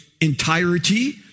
entirety